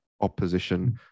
opposition